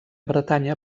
bretanya